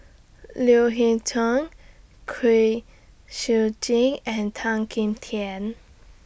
Leo Hee Tong Kwek Siew Jin and Tan Kim Tian